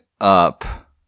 up